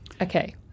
Okay